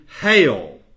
hail